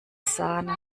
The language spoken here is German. sahne